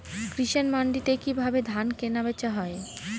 কৃষান মান্ডিতে কি ভাবে ধান কেনাবেচা হয়?